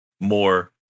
more